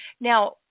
Now